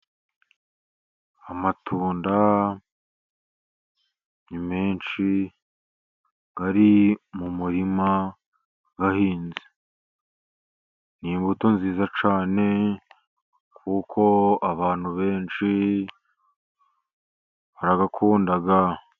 Amatunda ni menshi ari mu murima ahinze. Ni imbuto nziza cyane, kuko abantu benshi barayakunda.